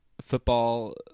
football